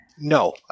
no